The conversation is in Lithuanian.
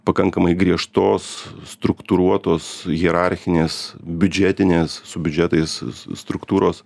pakankamai griežtos struktūruotos hierarchinės biudžetinės su biudžetais struktūros